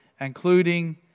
including